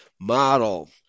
model